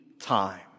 time